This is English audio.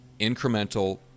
incremental